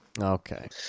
okay